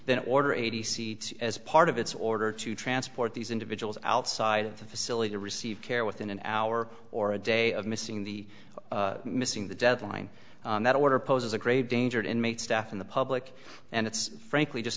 then order eighty seats as part of its order to transport these individuals outside of the facility to receive care within an hour or a day of missing the missing the deadline that order poses a grave danger it made staff in the public and it's frankly just